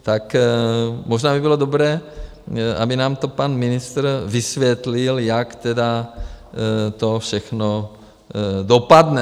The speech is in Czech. Tak možná by bylo dobré, aby nám to pan ministr vysvětlil, jak tedy to všechno dopadne.